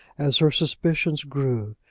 as her suspicions grew,